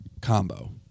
combo